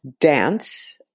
dance